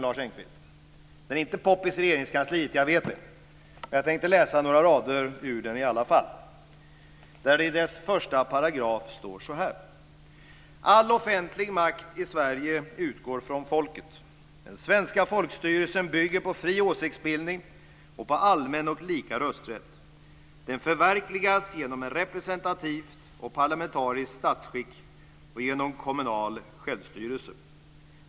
Jag vet att den inte är populär i Regeringskansliet, men jag tänker ändå läsa några rader. I den första paragrafen står det så här: "All offentlig makt i Sverige utgår från folket. Den svenska folkstyrelsen bygger på fri åsiktsbildning och på allmän och lika rösträtt. Den förverkligas genom ett representativt och parlamentariskt statsskick och genom kommunal självstyrelse.